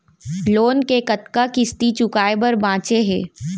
Loan के कतना किस्ती चुकाए बर बांचे हे?